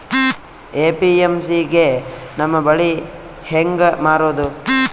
APMC ಗೆ ನಮ್ಮ ಬೆಳಿ ಹೆಂಗ ಮಾರೊದ?